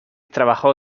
trabajó